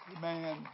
Man